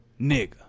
nigga